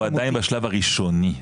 אנחנו עדיין בשלב הראשוני,